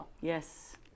Yes